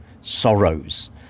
sorrows